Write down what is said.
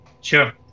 Sure